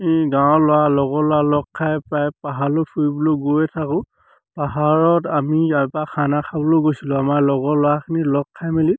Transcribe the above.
এই গাঁৱৰ ল'ৰা লগৰ ল'ৰা লগ খাই প্ৰায় পাহাৰলৈ ফুৰিবলৈ গৈয়ে থাকোঁ পাহাৰত আমি ইয়াৰপৰা খানা খাবলৈয়ো গৈছিলোঁ আমাৰ লগৰ ল'ৰাখিনি লগ খাই মেলি